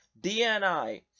DNI